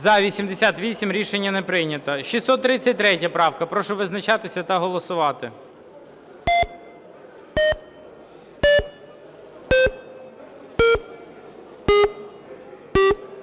За-88 Рішення не прийнято. 633 правка. Прошу визначатися та голосувати.